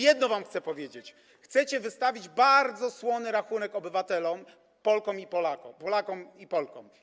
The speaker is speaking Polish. Jedno chcę wam powiedzieć: chcecie wystawić bardzo słony rachunek obywatelom, Polkom i Polakom, Polakom i Polkom.